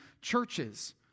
churches